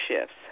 shifts